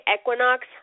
Equinox